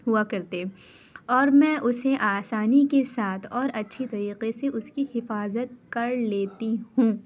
ہوا کرتے اور میں اسے آسانی کے ساتھ اور اچھے طریقے سے اس کی حفاظت کر لیتی ہوں